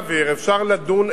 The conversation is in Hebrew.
אפשר להעביר, אפשר לדון.